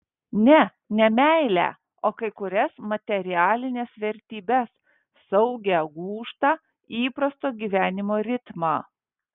ne ne meilę o kai kurias materialines vertybes saugią gūžtą įprasto gyvenimo ritmą